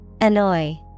Annoy